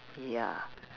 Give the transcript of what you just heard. ya